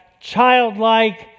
childlike